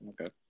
Okay